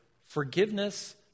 forgiveness